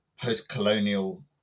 post-colonial